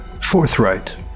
Forthright